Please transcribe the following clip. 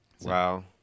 Wow